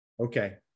Okay